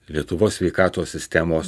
lietuvos sveikatos sistemos